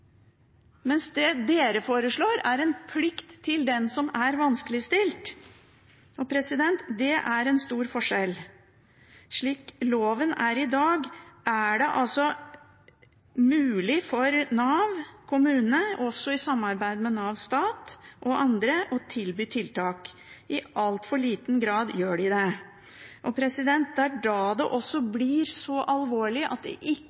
mens det dere foreslår, er en plikt for den som er vanskeligstilt. Det er en stor forskjell. Slik loven er i dag, er det altså mulig for Nav kommune å tilby tiltak – også i samarbeid med Nav stat og andre – og i altfor liten grad gjør de det. Da blir det også så alvorlig at det